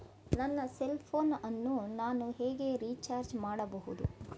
ನನ್ನ cell phone ಅನ್ನು ನಾನು ಹೇಗೆ ರಿಚಾರ್ಜ್ ಮಾಡಬಹುದು?